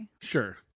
Sure